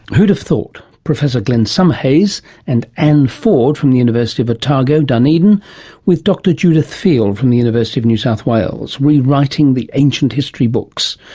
who'd have thought! professor glenn summerhayes and anne ford from the university of otago, dunedin, with dr judith field from the university of new south wales, rewriting the ancient history books.